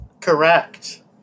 correct